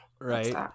Right